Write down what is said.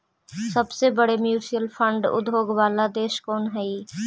सबसे बड़े mutual fund उद्योग वाला देश कौन हई